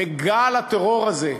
בגל הטרור הזה,